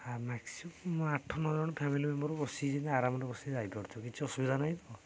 ଆ maximum ଆଠ ନଅ ଜଣ ଫ୍ୟାମିଲି ମେମ୍ବର ବସି ଯିନ୍ତି ଆରାମରେ ବସି ଯାଇପାରୁଥିବେ କିଛି ଅସବିଧା ନାହିଁ ତ